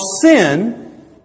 sin